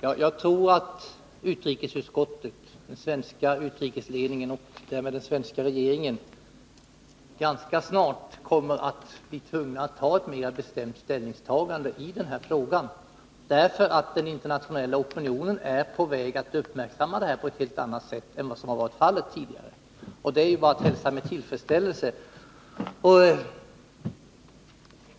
Jag tror att utrikesutskottet, den svenska utrikesledningen och därmed den svenska regeringen ganska snart kommer att bli tvungna att göra ett mera bestämt ställningstagande i den här frågan, eftersom den internationella opinionen är på väg att uppmärksamma detta på ett helt annat sätt än vad som har varit fallet tidigare, och det är ju bara att hälsa med tillfredsställelse.